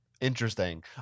Interesting